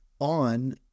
on